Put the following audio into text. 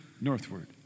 northward